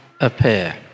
appear